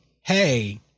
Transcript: Hey